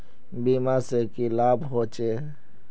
बीमा से की लाभ होचे?